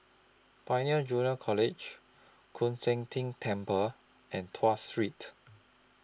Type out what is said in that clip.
Pioneer Junior College Koon Seng Ting Temple and Tuas Street